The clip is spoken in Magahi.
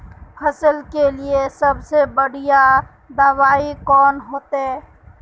फसल के लिए सबसे बढ़िया दबाइ कौन होते?